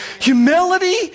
Humility